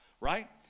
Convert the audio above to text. right